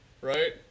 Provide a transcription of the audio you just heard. right